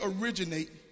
originate